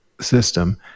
system